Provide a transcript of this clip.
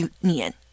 Union